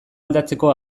aldatzeko